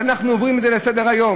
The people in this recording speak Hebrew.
ואנחנו עוברים על זה לסדר-היום.